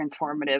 transformative